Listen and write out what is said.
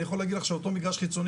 אני יכול להגיד לך שאותו מגרש חיצוני